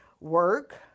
work